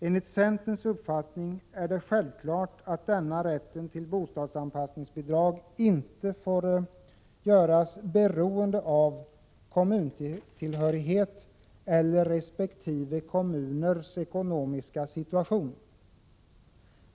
Enligt centerns uppfattning är det självklart att denna rätt till bostadsan 19 passningsbidrag inte får göras beroende av kommuntillhörighet eller resp. kommuners ekonomiska situation.